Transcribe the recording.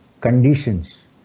conditions